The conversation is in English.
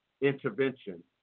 intervention